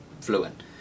fluent